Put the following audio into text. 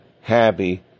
happy